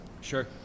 Sure